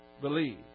believe